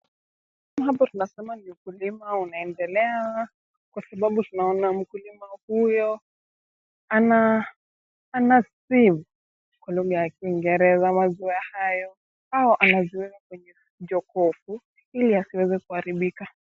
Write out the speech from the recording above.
Hapo tunasema ni ukulima unaendelea kwa sababu tunaona mkulima huyo ana sieve kwa lugha ya kiingereza maziwa hayo au anaweka kwenye jokofu ili yasiweze kuharibika.